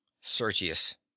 sergius